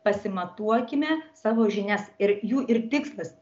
pasimatuokime savo žinias ir jų ir tikslas